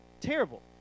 terrible